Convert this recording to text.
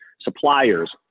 suppliers